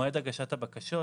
מועד הגשת הבקשות,